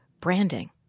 branding